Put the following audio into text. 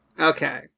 Okay